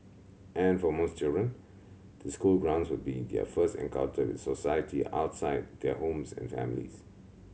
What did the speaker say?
and for most children the school grounds would be their first encounter with society outside their homes and families